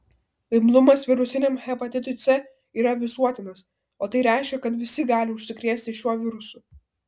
imlumas virusiniam hepatitui c yra visuotinas o tai reiškia kad visi gali užsikrėsti šiuo virusu